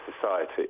society